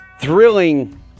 thrilling